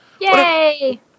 Yay